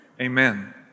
amen